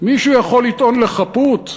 מישהו יכול לטעון לחפות?